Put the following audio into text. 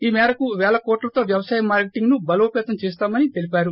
ఈ మేరకు పేల కోట్లతో వ్యవసాయ మార్కెటింగ్ను బలోపతం చేస్తామని తెలిపారు